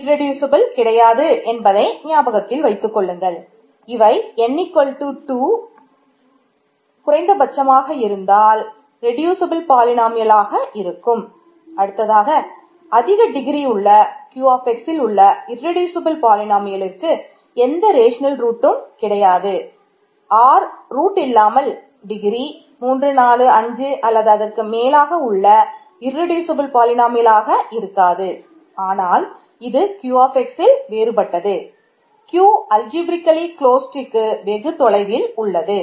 அடுத்ததாக அதிக டிகிரி தொலைவில் உள்ளது